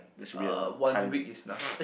there should be a time